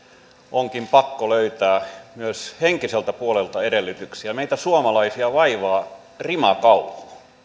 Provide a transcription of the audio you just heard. onkin pakko löytää myös henkiseltä puolelta edellytyksiä meitä suomalaisia vaivaa rimakauhu